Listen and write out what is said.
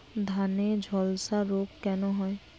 ধানে ঝলসা রোগ কেন হয়?